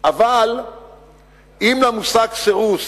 אבל אם למושג סירוס